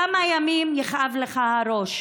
כמה ימים יכאב לך הראש,